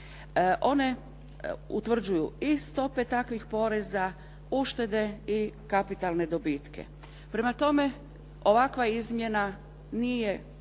One utvrđuju i stope takvih poreza, uštede i kapitalne dobitke. Prema tome, ovakva izmjena nije